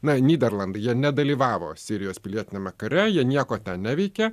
na nyderlandai jie nedalyvavo sirijos pilietiniame kare jie nieko ten neveikė